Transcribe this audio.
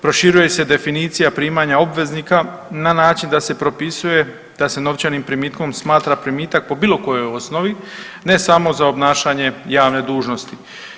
Proširuje se i definicija primanja obveznika na način da se propisuje da se novčanim primitkom smatra primitak po bilo kojoj osnovi, ne samo za obnašanje javne dužnosti.